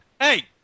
Hey